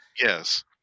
Yes